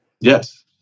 Yes